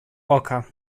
oka